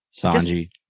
Sanji